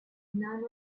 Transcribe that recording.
none